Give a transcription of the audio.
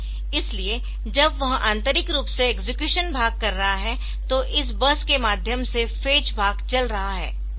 इसलिए जब वह आंतरिक रूप से एक्सेक्यूशन भाग कर रहा है तो इस बस के माध्यम से फेच भाग चल रहा है